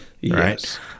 Yes